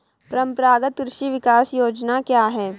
परंपरागत कृषि विकास योजना क्या है?